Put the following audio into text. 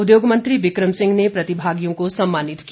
उद्योग मंत्री बिक्रम सिंह ने प्रतिभागियों को सम्मानित किया